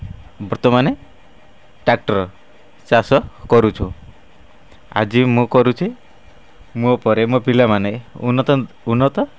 ବର୍ତ୍ତମାନେ ଟ୍ରାକ୍ଟର୍ ଚାଷ କରୁଛୁ ଆଜି ମୁଁ କରୁଛି ମୋ ପରେ ମୋ ପିଲାମାନେ ଉନ୍ନତ ଉନ୍ନତ